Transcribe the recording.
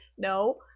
No